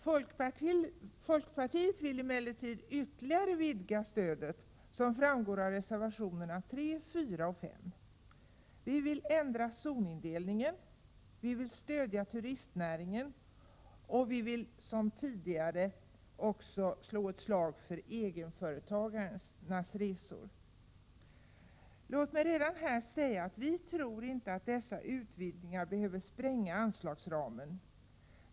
Vi i folkpartiet vill emellertid ytterligare utvidga stödet, vilket framgår av reservationerna 3, 4 och 5. Vi vill ändra zonindelningen. Vi vill stödja turistnäringen och vi vill också, som vi tidigare har visat, slå ett slag för egenföretagarnas resor. Låt mig redan här säga att vi inte tror att dessa utvidgningar behöver spränga anslagsramen.